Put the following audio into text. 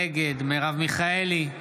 נגד מרב מיכאלי,